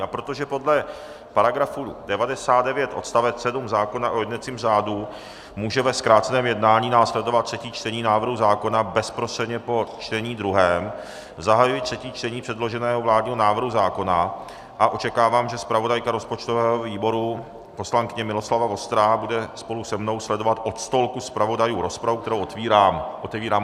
A protože podle § 99 odst. 7 zákona o jednacím řádu může ve zkráceném jednání následovat třetí čtení návrhu zákona bezprostředně po čtení druhém, zahajuji třetí čtení předloženého vládního návrhu zákona a očekávám, že zpravodajka rozpočtového výboru poslankyně Miloslava Vostrá bude spolu se mnou sledovat od stolku zpravodajů rozpravu, kterou otevírám.